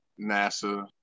NASA